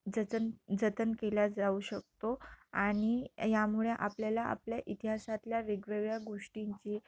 जतन जतन केल्या जाऊ शकतो आणि यामुळे आपल्याला आपल्या इतिहासातल्या वेगवेगळ्या गोष्टींची